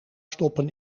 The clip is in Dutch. stoppen